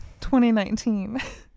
2019